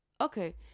okay